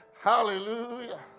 Hallelujah